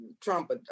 Trump